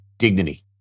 dignity